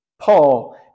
Paul